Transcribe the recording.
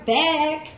back